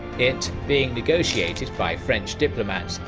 it, being negotiated by french diplomats,